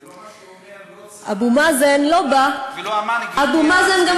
זה לא מה שאומר לא צה"ל ולא שב"כ ולא אמ"ן, גברתי.